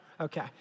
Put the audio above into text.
Okay